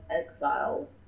exile